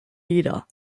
jeder